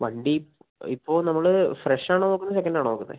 വണ്ടി ഇ ഇപ്പോൾ നമ്മൾ ഫ്രഷ് ആണോ നോക്കുന്നേ സെക്കൻഡ് ആണോ നോക്കുന്നേ